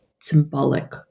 symbolic